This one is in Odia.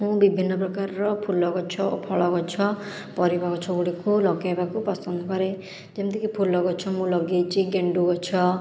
ମୁଁ ବିଭିନ୍ନ ପ୍ରକାରର ଫୁଲ ଗଛ ଓ ଫଳ ଗଛ ପରିବା ଗଛ ଗୁଡ଼ିକୁ ଲଗାଇବାକୁ ପସନ୍ଦ କରେ ଯେମତିକି ଫୁଲ ଗଛ ମୁଁ ଲଗାଇଛି ଗେଣ୍ଡୁ ଗଛ